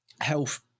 Health